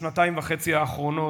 בשנתיים וחצי האחרונות,